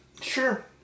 Sure